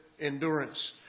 endurance